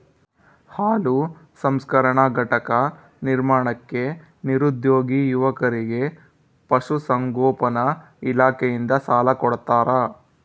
ಹಾಲು ಸಂಸ್ಕರಣಾ ಘಟಕ ನಿರ್ಮಾಣಕ್ಕೆ ನಿರುದ್ಯೋಗಿ ಯುವಕರಿಗೆ ಪಶುಸಂಗೋಪನಾ ಇಲಾಖೆಯಿಂದ ಸಾಲ ಕೊಡ್ತಾರ